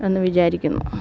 എന്ന് വിചാരിക്കുന്നു